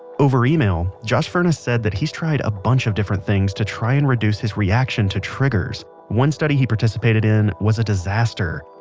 over email josh furnas said that he's tried a bunch of different things to try and reduce his reaction to triggers. one study he participated in was a disaster.